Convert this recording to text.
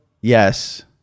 Yes